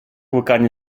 łykanie